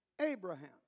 Abraham